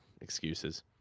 excuses